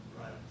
right